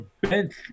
bench